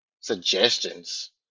Suggestions